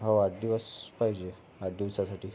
हो आठ दिवस पाहिजे आठ दिवसासाठी